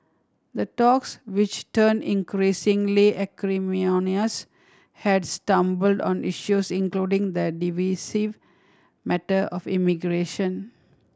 the talks which turned increasingly acrimonious had stumbled on issues including the divisive matter of immigration